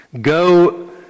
Go